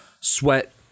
sweat